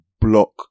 block